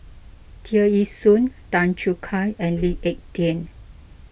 Tear Ee Soon Tan Choo Kai and Lee Ek Tieng